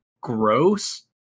gross